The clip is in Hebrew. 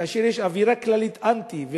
כאשר יש אווירה כללית של אנטי,